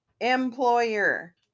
employer